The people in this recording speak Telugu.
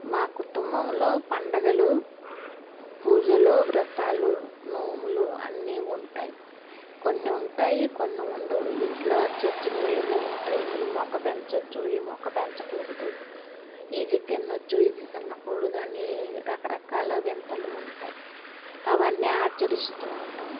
మా కుటుంబంలో పండగలు పూజలు వ్రతాలు నోములు అన్ని ఉంటాయి కొన్ని ఉంటాయి కొన్ని ఉండవు ఇంట్లో అచ్చొచ్చినవి ఏవో ఉంటాయి ఈ మొక్క పెంచొచ్చు ఈ మొక్క పెంచకూడదు ఇది తినొచ్చు ఇది తినకూడదు అనే రకరకాల వింతలు ఉంటాయి అవన్నీ ఆచరిస్తూ ఉంటాం